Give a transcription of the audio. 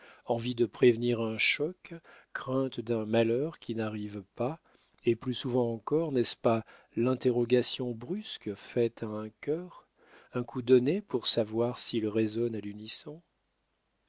envie de prévenir un choc crainte d'un malheur qui n'arrive pas et plus souvent encore n'est-ce pas l'interrogation brusque faite à un cœur un coup donné pour savoir s'il résonne à l'unisson